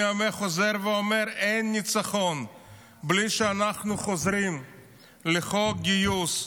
אני חוזר ואומר: אין ניצחון בלי שאנחנו חוזרים לחוק גיוס,